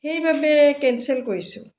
সেইবাবে কেনচেল কৰিছোঁ